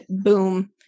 boom